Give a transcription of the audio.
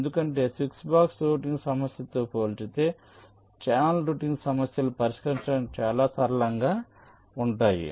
ఎందుకంటే switch box routing సమస్యతో పోల్చితే ఛానెల్ రౌటింగ్ సమస్యలు పరిష్కరించడానికి చాలా సరళంగా ఉంటాయి